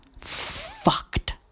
fucked